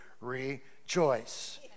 Rejoice